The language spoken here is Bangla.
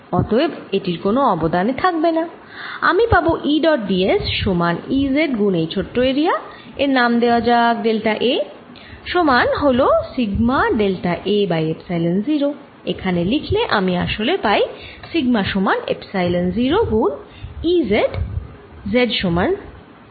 অতএব এটির কোন অবদান থাকবে না আমি পাবো E ডট d s সমান E z গুণ এই ছোট এরিয়া এর নাম দেওয়া যাক ডেল্টা a সমান হল sigma delta a by epsilon 0 এখানে লিখলে আমি আসলে পাই সিগমা সমান এপসাইলন 0 গুণ E z z সমান 0 তে